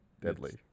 deadly